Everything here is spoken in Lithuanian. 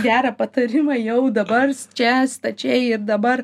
gerą patarimą jau dabar čia stačiai ir dabar